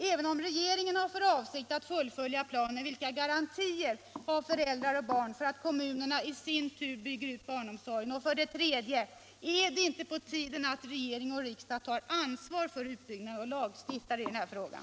Även om regeringen har för avsikt att fullfölja planen, vilka garantier har föräldrar och barn för att kommunerna i sin tur bygger ut barnomsorgen? 3. Är det inte på tiden att regering och riksdag tar ansvar för utbyggnaden och lagstiftar i den här frågan?